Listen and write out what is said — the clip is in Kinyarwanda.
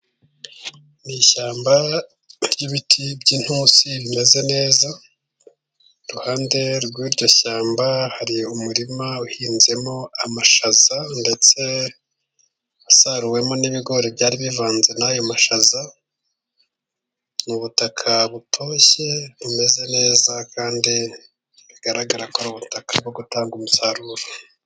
Mu ishyamba r'ibiti by'inturusi rimeze neza, i ruhande rw'iryo shyamba hari umurima uhinzemo amashaza ndetse asaruwemo n'ibigori byari bivanze n'ayo mashaza, mu butaka butoshye bumeze neza, kandi bigaragara ko ari ubutaka bwo gutanga umusaruro.